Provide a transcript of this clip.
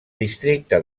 districte